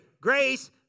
Grace